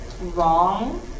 wrong